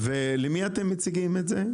ולמי אתם מציגים את זה?